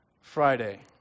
Friday